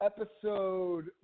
Episode